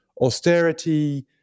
austerity